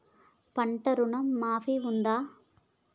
పంట ఋణం మాఫీ ఉంటదా?